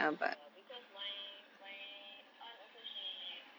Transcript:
ya because my my aunt also she